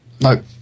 No